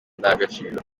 indangagaciro